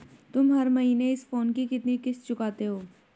तुम हर महीने इस फोन की कितनी किश्त चुकाते हो?